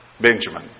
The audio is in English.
Benjamin